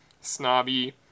snobby